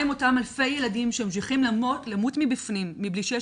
מה עם אותם אלפי ילדים שממשיכים למות מבפנים מבלי שיש